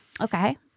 Okay